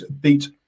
beat